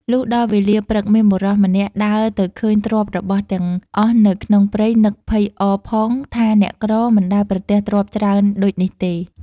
លុះដល់វេលាព្រឹកមានបុរសម្នាក់ដើរទៅឃើញទ្រព្យរបស់ទាំងអស់នៅក្នុងព្រៃនឹកភ័យអរផងថាអ្នកក្រមិនដែលប្រទះទ្រព្យច្រើនដូចនេះទេ។